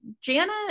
Jana